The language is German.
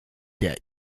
der